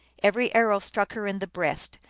every arrow struck her in the breast,